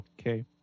Okay